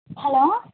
hello